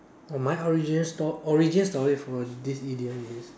for my original story origin story for this idiom is